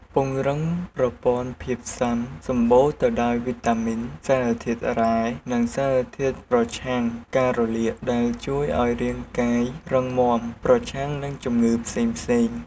ពង្រឹងប្រព័ន្ធភាពស៊ាំ សម្បូរទៅដោយវីតាមីន សារធាតុរ៉ែ និងសារធាតុប្រឆាំងការរលាក ដែលជួយឲ្យរាងកាយរឹងមាំប្រឆាំងនឹងជំងឺផ្សេងៗ។